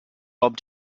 bob